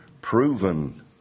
proven